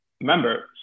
Remember